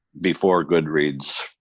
before-Goodreads